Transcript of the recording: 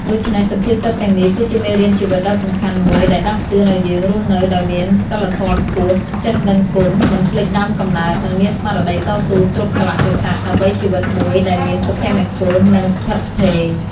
ដូច្នេះ សុភាសិតទាំងនេះគឺជាមេរៀនជីវិតដ៏សំខាន់មួយដែលដាស់តឿនឱ្យយើងរស់នៅដោយមានសីលធម៌ខ្ពស់ ចេះដឹងគុណ មិនភ្លេចដើមកំណើត និងមានស្មារតីតស៊ូគ្រប់កាលៈទេសៈ ដើម្បីជីវិតមួយដែលមានសុភមង្គល និងស្ថិតស្ថេរ។